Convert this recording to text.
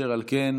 אשר על כן,